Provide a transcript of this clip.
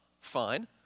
fine